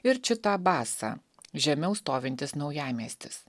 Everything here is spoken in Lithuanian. ir čita basa žemiau stovintis naujamiestis